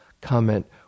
comment